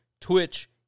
Twitch